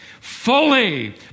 fully